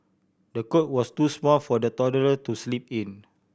the cot was too small for the toddler to sleep in